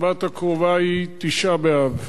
השבת הקרובה היא תשעה באב.